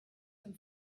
from